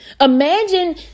Imagine